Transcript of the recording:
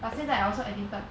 but 现在 I also addicted